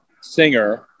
singer